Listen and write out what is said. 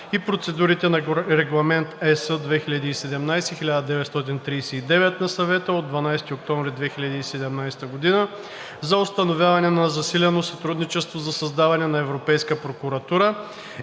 и процедурите на Регламент (ЕС) 2017/1939 на Съвета от 12 октомври 2017 г. за установяване на засилено сътрудничество за създаване на Европейска прокуратура,